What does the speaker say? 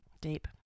Deep